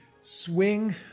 swing